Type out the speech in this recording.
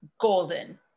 golden